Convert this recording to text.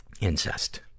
incest